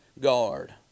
guard